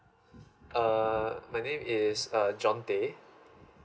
err my name is err john day